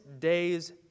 days